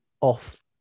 off